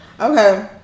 Okay